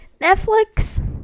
Netflix